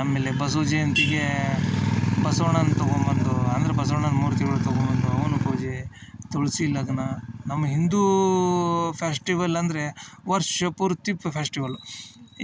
ಆಮೇಲೆ ಬಸ್ವ ಜಯಂತಿಗೆ ಬಸ್ವಣ್ಣನ ತಗೊಂಬಂದು ಅಂದರೆ ಬಸ್ವಣ್ಣನ ಮೂರ್ತಿಗಳು ತಗೊಂಬಂದು ಅವುನು ಪೂಜೆ ತುಳ್ಸಿ ಲಘ್ನ ನಮ್ಮ ಹಿಂದು ಫೆಸ್ಟಿವಲ್ ಅಂದರೆ ವರ್ಷ ಪೂರ್ತಿ ಫೆಸ್ಟಿವಲ್